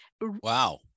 Wow